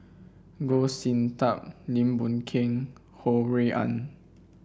Goh Sin Tub Lim Boon Keng Ho Rui An